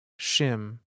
Shim